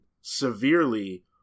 severely